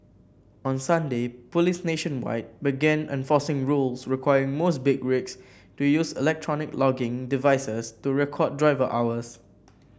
on Sunday police nationwide began enforcing rules requiring most big rigs to use electronic logging devices to record driver hours